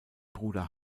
bruder